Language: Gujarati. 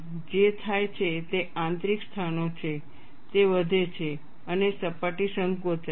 જે થાય છે તે આંતરિક સ્થાનો છે તે વધે છે અને સપાટી સંકોચાય છે